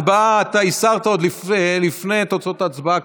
אתה הסרת עוד לפני תוצאות ההצבעה,